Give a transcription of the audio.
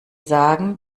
sagen